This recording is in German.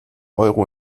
euro